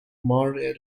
mar